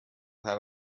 have